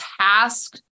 task